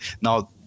now